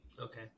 Okay